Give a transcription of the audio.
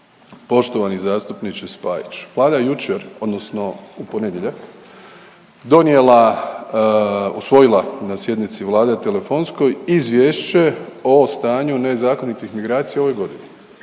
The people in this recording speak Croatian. poštovani zastupniče Spajić, Vlada je jučer odnosno u ponedjeljak donijela, usvojila na sjednici Vlade telefonskoj, izvješće o stanju nezakonitih migracija u ovoj godini.